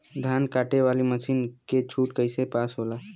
धान कांटेवाली मासिन के छूट कईसे पास होला?